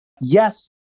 Yes